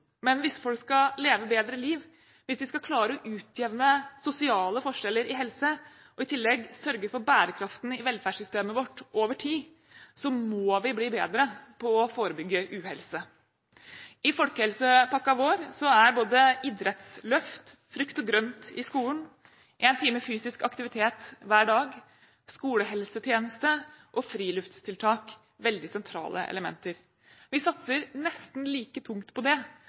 men hvis folk skal leve bedre liv, hvis vi skal klare å utjevne sosiale forskjeller i helse og i tillegg sørge for bærekraften i velferdssystemet vårt over tid, må vi bli bedre på å forebygge uhelse. I folkehelsepakken vår er både idrettsløft, frukt og grønt i skolen, en time fysisk aktivitet hver dag, skolehelsetjeneste og friluftstiltak veldig sentrale elementer. Vi satser nesten like tungt på det